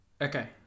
Okay